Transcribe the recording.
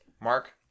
mark